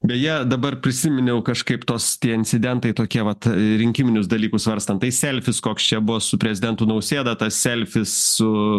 beje dabar prisiminiau kažkaip tos tie incidentai tokie vat rinkiminius dalykus svarstant tai selfis koks čia buvo su prezidentu nausėda tas selfis su